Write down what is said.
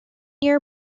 year